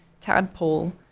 Tadpole